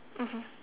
mmhmm